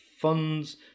funds